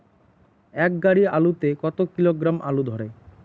এক গাড়ি আলু তে কত কিলোগ্রাম আলু ধরে?